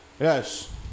Yes